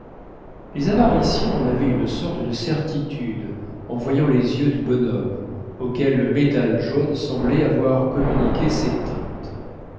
les avaricieux en avaient une sorte de certitude en voyant les yeux du bonhomme auxquels le métal jaune semblait avoir communiqué ses teintes